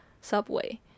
subway